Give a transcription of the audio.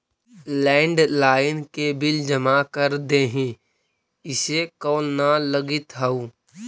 landline के bill जमा कर देहीं, इसे कॉल न लगित हउ